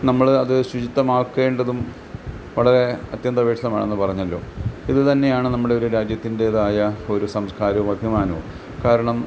നമ്മള് അത് ശുചിത്വമാക്കേണ്ടതും വളരെ അത്യന്താപേക്ഷിതമാണെന്ന് പറഞ്ഞല്ലോ ഇത് തന്നെയാണ് നമ്മുടെ ഒരു രാജ്യത്തിൻ്റേതായ ഒരു സംസ്കാരവും അഭിമാനവും കാരണം